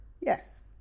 Yes